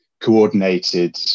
coordinated